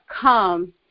come